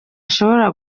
ashobora